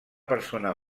persona